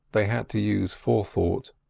they had to use forethought.